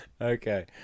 okay